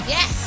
Yes